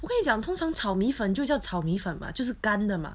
我跟你讲通常炒米粉就叫炒米粉吗就是干的吗